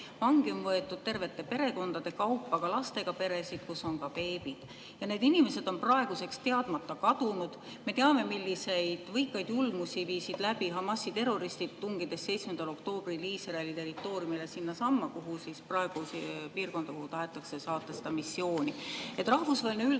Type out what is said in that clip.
Vangi on võetud tervete perekondade kaupa, ka lastega peresid, kus on beebid. Ja need inimesed on praeguseks teadmata kadunud. Me teame, milliseid võikaid julmusi viisid läbi Hamasi terroristid, tungides 7. oktoobril Iisraeli territooriumile, sinnasamma, kuhu piirkonda tahetakse praegu saata seda missiooni.